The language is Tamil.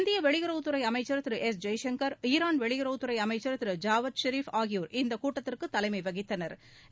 இந்திய வெளியுறவுத் துறை அமைச்சர் திரு எஸ் ஜெய்சங்கர் ஈரான் வெளியுறவுத் துறை அமைச்சள் திரு ஜாவத் ஸரிப் ஆகியோா் இக்கூட்டத்திற்கு தலைமை வகித்தனா்